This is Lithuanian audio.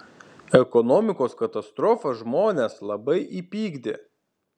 ekonomikos katastrofa žmones labai įpykdė